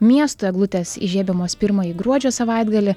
miesto eglutės įžiebiamos pirmąjį gruodžio savaitgalį